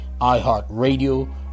iHeartRadio